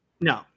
No